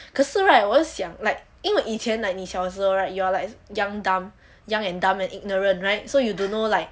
可是 right 我是想 like 因为以前 like 你小时候 you are like young dumb young and dumb and ignorant right so you do know like